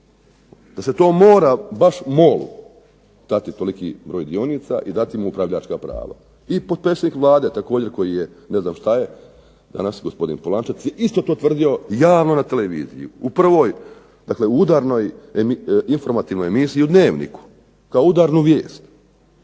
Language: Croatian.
Da se to mora baš MOL-u dati toliki broj dionica i dati mu upravljačka prava. I potpredsjednik Vlade također, koji je, ne znam što je danas, gospodin Polančec je isto to tvrdio javno na televiziji. U prvoj, dakle u udarnoj informativnoj emisiji, u "Dnevniku", kao udarnu vijest.